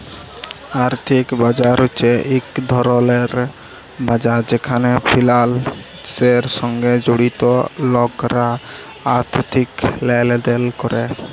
আর্থিক বাজার হছে ইক ধরলের বাজার যেখালে ফিলালসের সঙ্গে জড়িত লকরা আথ্থিক লেলদেল ক্যরে